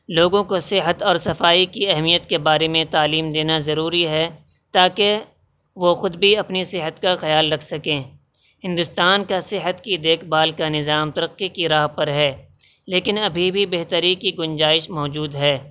لوگوں کو صحت اور صفائی کی اہمیت کے بارے میں تعلیم دینا ضروری ہے تاکہ وہ خود بھی اپنی صحت کا خیال رکھ سکیں ہندوستان کا صحت کی دیکھ بھال کا نظام ترقی کی راہ پر ہے لیکن ابھی بھی بہتری کی گنجائش موجود ہے